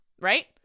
right